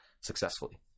successfully